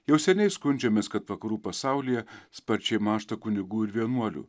jau seniai skundžiamės kad vakarų pasaulyje sparčiai mąžta kunigų ir vienuolių